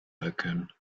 erkennen